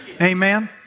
Amen